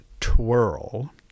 Twirl